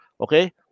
Okay